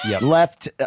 left